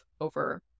over